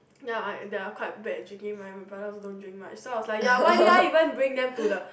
ya I they are quite bad actually my brother also don't drink much so I was like ya why did I even bring them to the